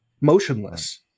motionless